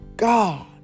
God